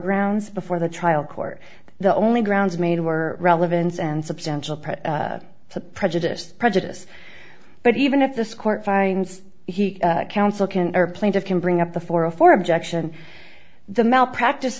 grounds before the trial court the only grounds made were relevance and substantial press to prejudiced prejudice but even if this court finds he counsel can airplane that can bring up the four of four objection the malpracti